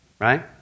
right